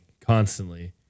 constantly